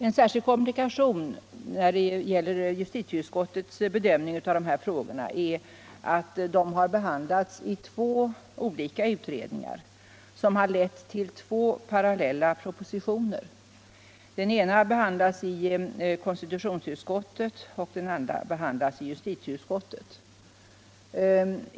En särskild komplikation när det gäller justitieutskottets bedömning av de här frågorna är att de har behandlats av två olika utredningar, som lett till två parallella propositioner — den ena behandlas i konstitutionsutskottet och den andra i justitieutskottet.